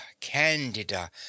Candida